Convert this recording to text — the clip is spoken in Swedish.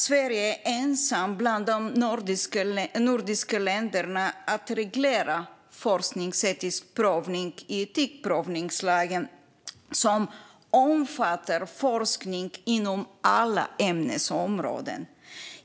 Sverige är ensamt bland de nordiska länderna i att reglera forskningsetisk prövning i etikprövningslagen som omfattar forskning inom alla ämnesområden.